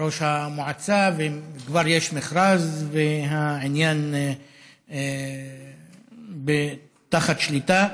ראש המועצה, וכבר יש מכרז, והעניין תחת שליטה,